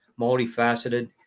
multifaceted